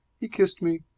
he kissed me.